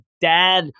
dad